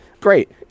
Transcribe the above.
great